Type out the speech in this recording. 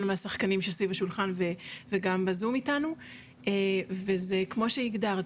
מהשחקנים שסביב השולחן וגם בזום איתנו וזה כמו שהגדרת,